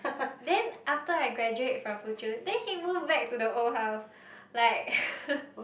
then after I graduate from Fuchun then he moved back to the old house like